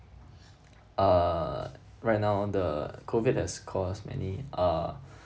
uh right now the COVID has caused many uh